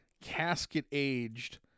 casket-aged